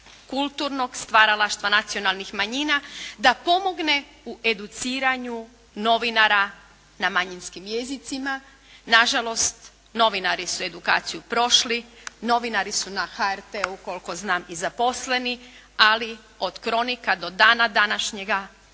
kulturnog stvaralaštva nacionalnih manjina, da pomogne u educiranju novinara na manjinskim jezicima. Nažalost novinari su edukaciju prošli. Novinari su na HRT-u koliko znam i zaposleni. Ali od kronika do dana današnjega